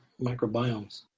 microbiomes